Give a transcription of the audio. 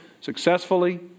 successfully